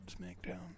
SmackDown